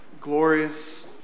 glorious